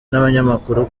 n’abanyamakuru